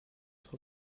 trop